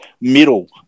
middle